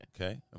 Okay